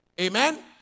Amen